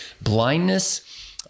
blindness